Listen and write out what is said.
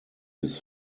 his